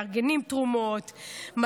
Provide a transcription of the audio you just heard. מארגנים תרומות,